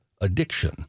addiction